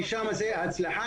כי שם זאת הצלחה,